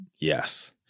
Yes